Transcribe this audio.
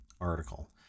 article